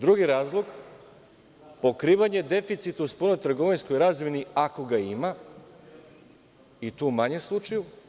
Drugi razlog pokrivanje deficita u spoljnotrgovinskoj razmeni, ako ga ima i tu u manjem slučaju.